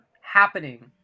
happening